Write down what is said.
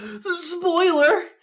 spoiler